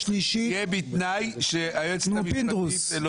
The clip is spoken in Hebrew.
וכולי תקווה שזה יהיה לפני כן אבל זה לא